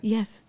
Yes